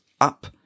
up